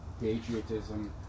Patriotism